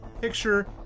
picture